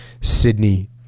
Sydney